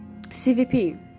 CVP